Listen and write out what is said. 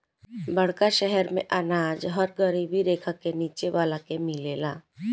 बड़का शहर मेंअनाज हर गरीबी रेखा के नीचे वाला के मिलेला